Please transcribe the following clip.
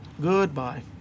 Goodbye